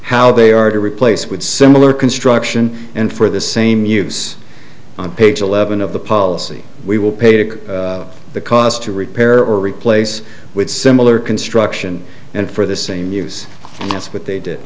how they are to replace would similar construction and for the same use on page eleven of the policy we will pay to the cost to repair or replace with similar construction and for the same use and that's what they did